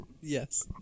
Yes